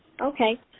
Okay